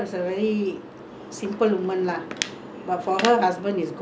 whatever food she cook also grandchildren all be waiting but he must eat first